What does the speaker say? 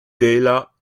tela